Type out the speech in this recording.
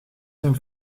zijn